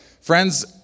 Friends